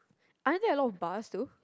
aren't there a lot of bars though